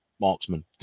Marksman